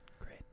Great